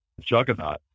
juggernaut